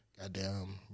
Goddamn